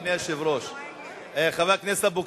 רגע,